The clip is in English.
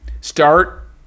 Start